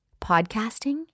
podcasting